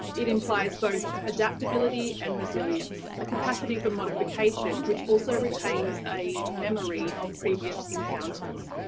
it implies both adaptability and resilience, a capacity for modification, which also retains a memory of previous encounters.